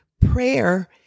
Prayer